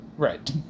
Right